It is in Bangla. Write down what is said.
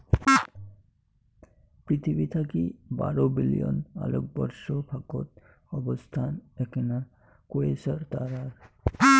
পিথীবি থাকি বারো বিলিয়ন আলোকবর্ষ ফাকত অবস্থান এ্যাকনা কোয়েসার তারার